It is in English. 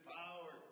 power